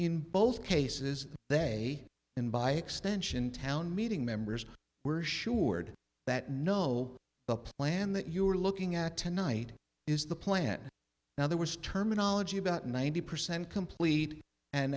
in both cases they and by extension town meeting members were sure that no the plan that you were looking at tonight is the plan now there was terminology about ninety percent complete and